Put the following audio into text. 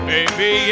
Baby